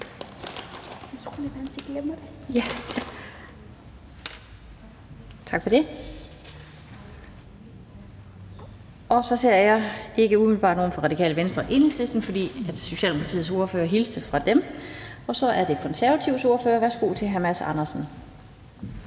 Tak for det. Så ser jeg ikke umiddelbart nogen fra Radikale Venstre og Enhedslisten, idet Socialdemokratiets ordfører hilste fra dem. Så er det Konservatives ordfører. Værsgo til hr. Mads Andersen.